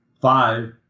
five